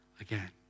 again